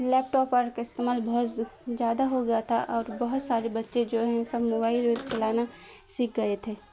لیپ top اور کا استعمال بہت زیادہ ہو گیا تھا اور بہت سارے بچے جو ہیں سب موبائل چلانا سیکھ گئے تھے